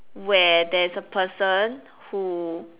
where there's a person who